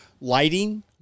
lighting